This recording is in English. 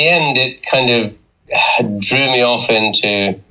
end it kind of drew me off into,